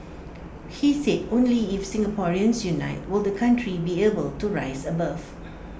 he said only if Singaporeans unite will the country be able to rise above